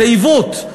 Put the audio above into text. זה עיוות.